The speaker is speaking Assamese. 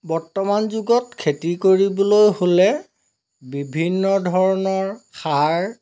বৰ্তমান যুগত খেতি কৰিবলৈ হ'লে বিভিন্ন ধৰণৰ সাৰ